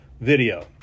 video